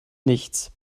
nichts